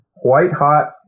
white-hot